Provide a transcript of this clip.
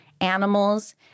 animals